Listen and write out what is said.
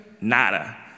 nada